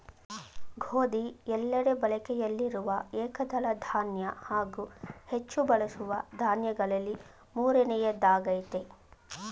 ಗೋಧಿ ಎಲ್ಲೆಡೆ ಬಳಕೆಯಲ್ಲಿರುವ ಏಕದಳ ಧಾನ್ಯ ಹಾಗೂ ಹೆಚ್ಚು ಬಳಸುವ ದಾನ್ಯಗಳಲ್ಲಿ ಮೂರನೆಯದ್ದಾಗಯ್ತೆ